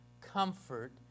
comfort